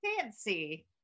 Fancy